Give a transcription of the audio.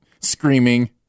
Screaming